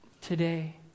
today